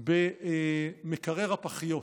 במקרר הפחיות.